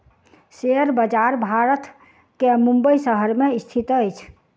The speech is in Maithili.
शेयर बजार भारत के मुंबई शहर में स्थित अछि